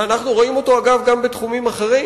שאנחנו רואים אותו, אגב, גם בתחומים אחרים.